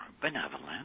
benevolent